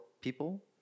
people